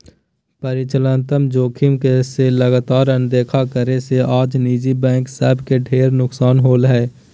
परिचालनात्मक जोखिम के लगातार अनदेखा करे से आज निजी बैंक सब के ढेर नुकसान होलय हें